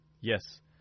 Yes